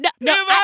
no